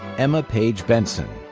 emma paige bentsen,